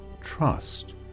Trust